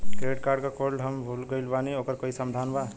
Credit card क code हम भूल गइली ओकर कोई समाधान बा?